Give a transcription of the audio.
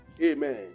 amen